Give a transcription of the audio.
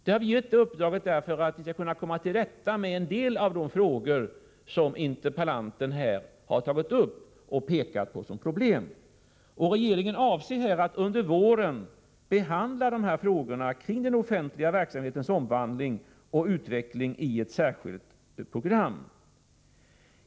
Vi har givit det uppdraget för att vi skall komma till rätta med en del av de frågor som interpellanten har tagit upp och pekar på som problem. Regeringen avser att under våren behandla frågorna kring den offentliga verksamhetens omvandling och utveckling i ett särskilt program.